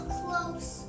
close